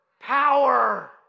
Power